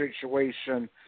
situation